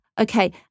Okay